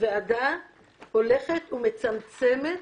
הוועדה הולכת ומצמצמת